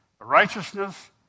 righteousness